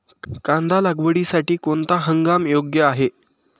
कांदा लागवडीसाठी कोणता हंगाम योग्य आहे?